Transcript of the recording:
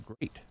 great